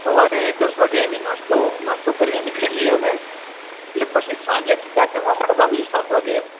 સવારે દસ વાગે હૅવી નાસ્તો નાસ્તો કરીને નીકળી જઇએ અમે એટલે પછી સાંજે સીધા જમવા માટે જ આવીશું સાત વાગે એમ